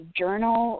journal